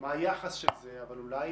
מה היחס של זה, אבל אולי